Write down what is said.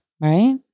right